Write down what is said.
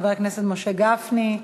חבר הכנסת משה גפני,